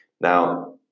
Now